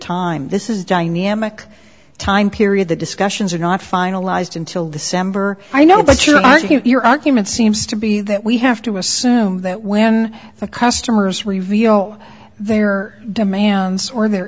time this is dynamic time period the discussions are not finalized until december i know that you are you your argument seems to be that we have to assume that when the customers reveal their demand or their